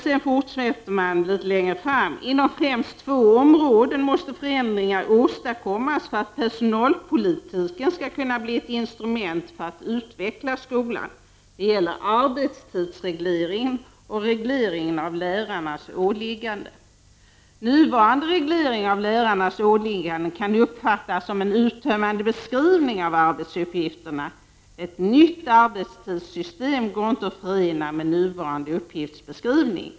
Lite längre fram i Kommunförbundets skrivelse står det: Inom främst två områden måste förändringar åstadkommas för att personalpolitiken skall kunna bli ett instrument för att utveckla skolan. Det gäller arbetstidsregleringen och regleringen av lärarnas åligganden. Nuvararande reglering av lärarnas åligganden kan uppfattas som en uttömmande beskrivning av arbetsuppgifterna. Ett nytt arbetstidssystem går inte att förena med nuvarande uppgiftsbeskrivning.